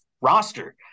roster